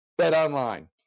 BetOnline